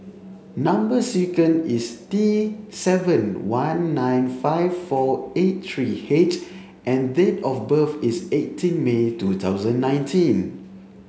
number is T seven one nine five four eight three H and date of birth is eighteen May two thousand nineteen